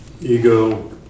ego